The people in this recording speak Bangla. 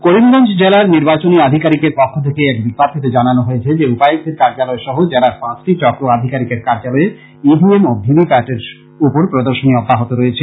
করিমগঞ্জ জেলার নির্বাচনী আধিকারীকের পক্ষ থেকে এক বিজ্ঞপ্তীতে জানানো হয়েছে যে উপায়ুক্তের কার্য্যলয় সহ জেলার পাঁচটি চক্র আধিকারীকের কার্য্যলয়ে ই ভি এম ও ভিভি প্যাটের উপর প্রর্দশনী অব্যাহত রয়েছে